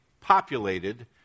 populated